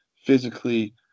physically